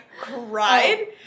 cried